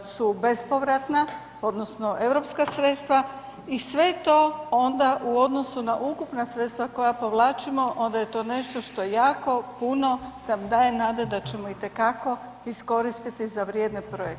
su bespovratna odnosno europska sredstva i sve to onda u odnosu na ukupna sredstva koja povlačimo onda je to nešto što jako puno nam daje nade da ćemo itekako iskoristiti za vrijedne projekte.